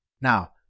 Now